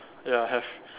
ya have